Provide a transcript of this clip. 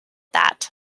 that